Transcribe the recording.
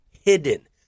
hidden